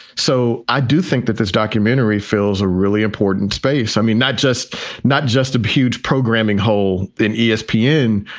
so i do think that this documentary film is a really important space. i mean, not just not just a huge programming hole in espn,